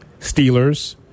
Steelers